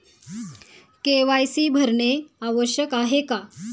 KYC भरणे आवश्यक आहे का?